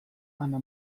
ana